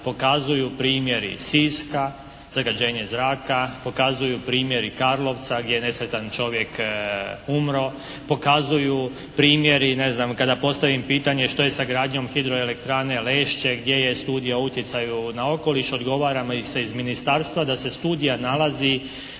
pokazuju primjeri Siska zagađenje zraka, pokazuju primjera Karlovca gdje je nesretan čovjek umro, pokazuju primjeri ne znam kada postavim pitanje što je sa gradnjom hidroelektrane Lešće gdje je studija o utjecaju na okoliš odgovara mi se iz ministarstva da se studija nalazi